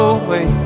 away